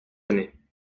années